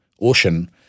ocean